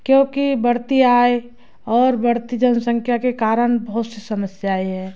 क्योंकि बढ़ती आय और बढ़ती जनसंख्या के कारण बहुत से समस्याएँ है